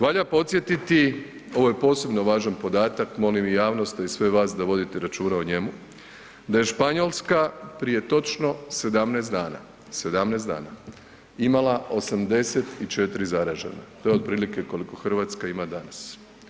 Valja podsjetiti, ovo je posebno važan podatak, molim i javnost, a i sve vas da vodite računa o njemu, da je Španjolska prije točno 17 dana, 17 dana imala 84 zaražena, to je otprilike koliko Hrvatska ima danas.